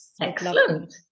Excellent